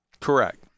Correct